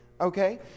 okay